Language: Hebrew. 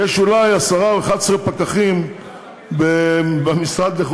יש אולי עשרה או 11 פקחים במשרד להגנת